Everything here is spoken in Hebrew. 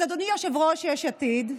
אז אדוני יושב-ראש יש עתיד,